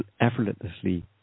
effortlessly